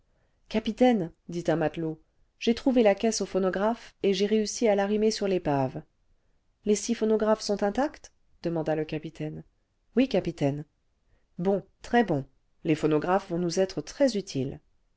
capitaine dit un matelot j'ai trouvé là caisse aux phonographes et j'ai réussi à l'armer sur tépave i lès six phonographes sont intacts demanda le capitaine oui capitaine boh très bon les phonographes vont nôusêtre très utiles